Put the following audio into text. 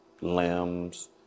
limbs